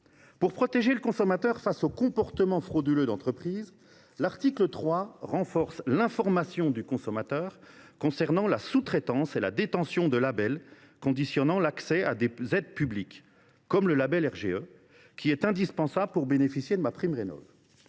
Pour protéger le consommateur face aux comportements frauduleux d’entreprises, l’article 3 renforce l’information du consommateur concernant la sous traitance et la détention de labels conditionnant l’accès à des aides publiques, comme le label Reconnu garant de l’environnement (RGE), qui est indispensable pour bénéficier de MaPrimeRénov’.